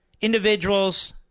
individuals